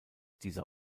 dieser